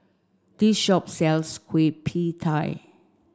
this shop sells Kueh Pie Tee